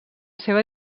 seva